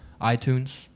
iTunes